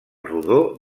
rodó